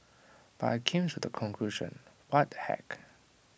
but I came to the conclusion what the heck